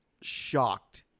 Shocked